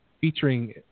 featuring